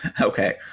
Okay